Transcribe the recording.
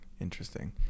interesting